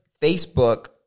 Facebook